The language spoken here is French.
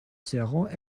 seront